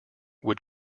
would